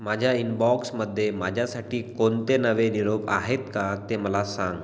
माझ्या इनबॉक्समध्ये माझ्यासाठी कोणते नवे निरोप आहेत का ते मला सांग